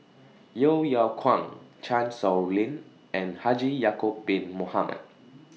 Yeo Yeow Kwang Chan Sow Lin and Haji Ya'Acob Bin Mohamed